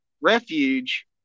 Refuge